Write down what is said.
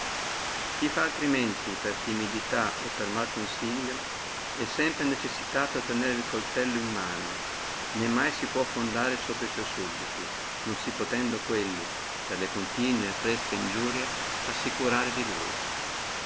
chi fa altrimenti o per timidità o per mal consiglio è sempre necessitato tenere el coltello in mano né mai può fondarsi sopra li sua sudditi non si potendo quelli per le fresche e continue iniurie assicurare di lui